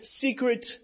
secret